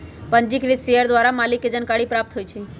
पंजीकृत शेयर द्वारा मालिक के जानकारी प्राप्त होइ छइ